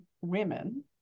women